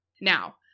now